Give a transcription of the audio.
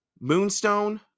Moonstone